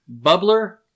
bubbler